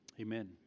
Amen